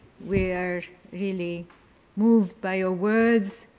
we're really moved by your words,